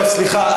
סליחה,